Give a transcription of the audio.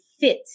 fit